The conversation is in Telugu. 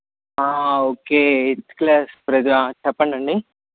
ఓకే ఎయిత్ క్లాస్ ప్రశాంత్ చెప్పండి అండి